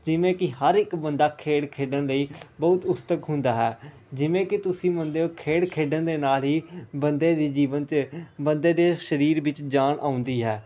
ਜਿਵੇਂ ਕਿ ਹਰ ਇੱਕ ਬੰਦਾ ਖੇਡ ਖੇਡਣ ਲਈ ਬਹੁਤ ਉਤਸੁਕ ਹੁੰਦਾ ਹੈ ਜਿਵੇਂ ਕਿ ਤੁਸੀਂ ਮੰਨਦੇ ਹੋ ਖੇਡ ਖੇਡਣ ਦੇ ਨਾਲ ਹੀ ਬੰਦੇ ਦੀ ਜੀਵਨ 'ਚ ਬੰਦੇ ਦੇ ਸਰੀਰ ਵਿੱਚ ਜਾਨ ਆਉਂਦੀ ਹੈ